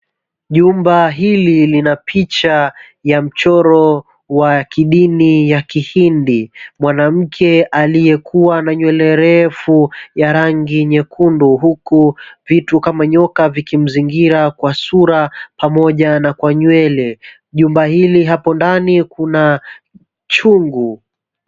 Jumba hili lina picha ya mchoro wa kidini ya kihindi. Mwanamke aliyekuwa na nywele refu ya rangi nyekundu huku vitu kama nyoka vikimzingira kwa sura pamoja na kwa nywele. Jumba hili hapo ndani kuna chungu.